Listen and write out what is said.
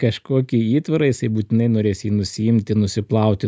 kažkokį įtvarą jisai būtinai norės jį nusiimti nusiplauti